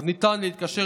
אז ניתן להתקשר,